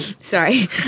Sorry